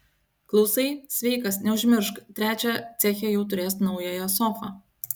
klausai sveikas neužmiršk trečią ceche jau turės naująją sofą